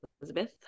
Elizabeth